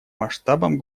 масштабам